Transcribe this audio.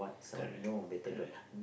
correct correct